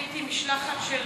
הייתי עם משלחת של